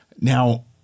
now